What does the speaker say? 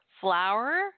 flower